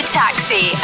taxi